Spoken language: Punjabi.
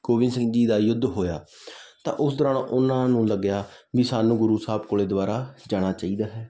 ਗੋਬਿੰਦ ਸਿੰਘ ਜੀ ਦਾ ਯੁੱਧ ਹੋਇਆ ਤਾਂ ਉਸ ਦੌਰਾਨ ਉਹਨਾਂ ਨੂੰ ਲੱਗਿਆ ਵੀ ਸਾਨੂੰ ਗੁਰੂ ਸਾਹਿਬ ਕੋਲ ਦੁਬਾਰਾ ਜਾਣਾ ਚਾਹੀਦਾ ਹੈ